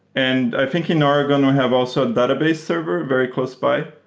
and i think in oregon we have also database server very close by.